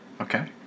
Okay